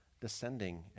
descending